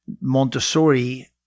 Montessori